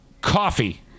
coffee